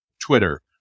twitter